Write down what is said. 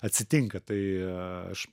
atsitinka tai aš